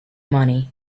money